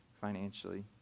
financially